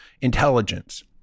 intelligence